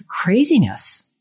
craziness